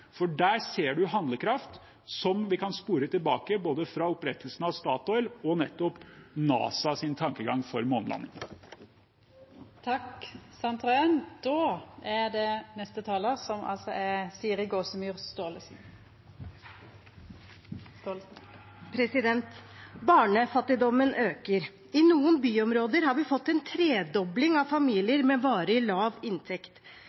for der ser man handlekraft som vi kan spore tilbake til både opprettelsen av Statoil og til NASAs tankegang for månelanding. Barnefattigdommen øker. I noen byområder har vi fått en tredobling av familier med varig lav inntekt. Segregeringen øker i byene, særlig mellom dem som har